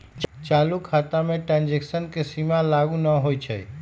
चालू खता में ट्रांजैक्शन के सीमा लागू न होइ छै